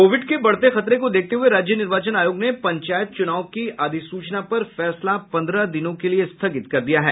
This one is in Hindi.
कोविड के बढ़ते खतरे को देखते हुए राज्य निर्वाचन आयोग ने पंचायत चुनाव की अधिसूचना पर फैसला पंद्रह दिनों के लिए स्थगित कर दिया है